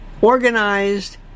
organized